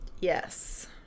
Yes